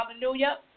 hallelujah